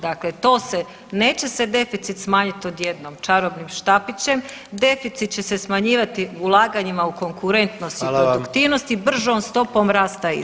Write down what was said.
Dakle, to se, neće se deficit smanjit odjednom čarobnim štapićem, deficit će se smanjivati ulaganjima u konkurentnost i produktivnost [[Upadica: Hvala vam.]] i bržom stopom rasta